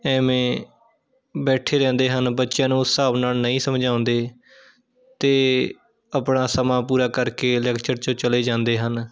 ਐਵੇਂ ਬੈਠੇ ਰਹਿੰਦੇ ਹਨ ਬੱਚਿਆਂ ਨੂੰ ਉਸ ਹਿਸਾਬ ਨਾਲ਼ ਨਹੀਂ ਸਮਝਾਉਂਦੇ ਅਤੇ ਆਪਣਾ ਸਮਾਂ ਪੂਰਾ ਕਰਕੇ ਲੈਕਚਰ 'ਚੋਂ ਚਲੇ ਜਾਂਦੇ ਹਨ